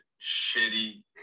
shitty